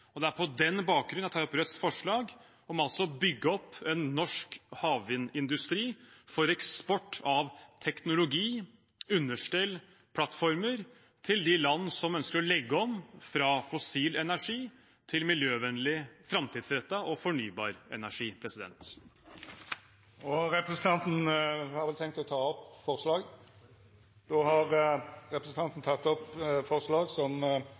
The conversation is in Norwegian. og det er på den bakgrunn jeg tar opp Rødts forslag om å bygge opp en norsk havvindindustri for eksport av teknologi, understell og plattformer til de land som ønsker å legge om fra fossil energi til miljøvennlig, framtidsrettet og fornybar energi. Representanten Bjørnar Moxnes har teke opp dei forslaga han refererte til. Jeg er veldig glad for at vi nå har